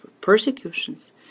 persecutions